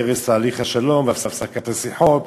להרס תהליך השלום ולהפסקת השיחות,